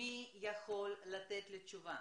מי יכול לתת לי תשובה